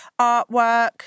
artwork